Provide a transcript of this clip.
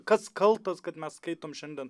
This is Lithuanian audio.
kas kaltas kad mes skaitom šiandien